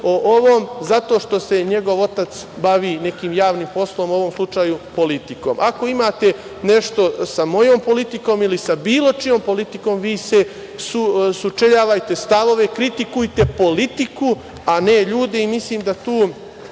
o ovome zato što se njegov otac bavi nekim javnim poslom, u ovom slučaju, politikom. Ako imate nešto sa mojom politikom ili sa bilo čijom politikom, vi sučeljavajte stavove, kritikujte politiku, a ne ljude. Mislim da tu